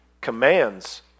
commands